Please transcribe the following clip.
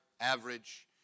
average